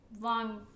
long